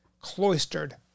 cloistered